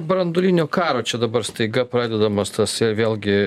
branduolinio karo čia dabar staiga pradedamas tas vėlgi